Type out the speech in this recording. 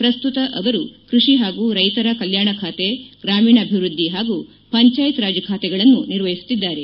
ಪ್ರಸ್ತುತ ಅವರು ಕೃಷಿ ಪಾಗೂ ರೈತರ ಕಲ್ಕಾಣ ಖಾತೆ ಗ್ರಾಮೀಣಾಭಿವೃದ್ಧಿ ಪಾಗೂ ಪಂಚಾಯತ್ ರಾಜ್ ಖಾತೆಗಳನ್ನೂ ನಿರ್ವಹಿಸುತ್ತಿದ್ದಾರೆ